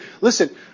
listen